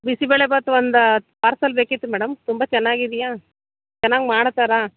ಬಿಸಿಬೇಳೆಭಾತ್ ಒಂದು ಪಾರ್ಸೆಲ್ ಬೇಕಿತ್ತು ಮೇಡಮ್ ತುಂಬ ಚೆನ್ನಾಗಿದ್ಯಾ ಚೆನ್ನಾಗಿ ಮಾಡ್ತಾರಾ